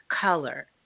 color